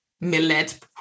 millet